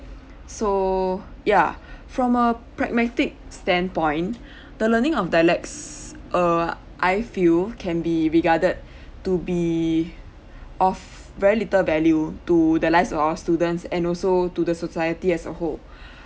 so ya from a pragmatic stand point the learning of dialects err I feel can be regarded to be of very little value to the lives of all students and also to the society as a whole